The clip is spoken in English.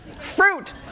Fruit